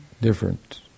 different